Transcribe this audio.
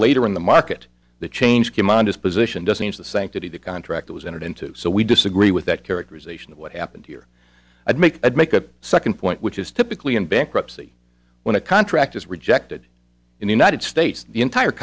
later in the market the change came on disposition doesn't the sanctity of the contract was entered into so we disagree with that characterization of what happened here i'd make it make a second point which is typically in bankruptcy when a contract is rejected in the united states the entire